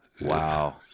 Wow